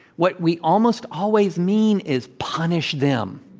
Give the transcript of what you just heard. what we almost always mean is punish them.